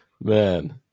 Man